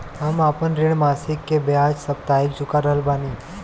हम आपन ऋण मासिक के बजाय साप्ताहिक चुका रहल बानी